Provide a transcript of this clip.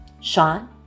Sean